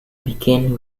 begin